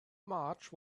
march